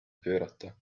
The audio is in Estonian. pöörata